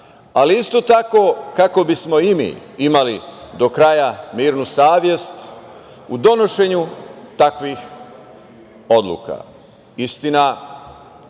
ali isto tako kao bismo i mi imali do kraja mirnu savest u donošenju takvih odluka. Istina,